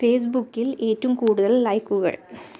ഫേസ്ബുക്കിൽ ഏറ്റവും കൂടുതൽ ലൈക്കുകൾ